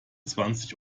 zwanzig